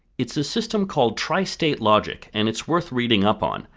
it's a system called tristate logic, and it's worth reading up on,